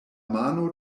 mano